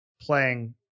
playing